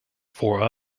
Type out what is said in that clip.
for